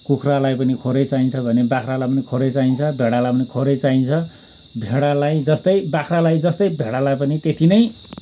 कुखुरालाई पनि खोरै चाहिन्छ भने बाख्रालाई पनि खोरै चाहिन्छ भेडालाई पनि खोरै चाहिन्छ भेडालाई जस्तै बाख्रालाई जस्तै भेडालाई पनि त्यति नै